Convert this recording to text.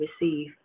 receive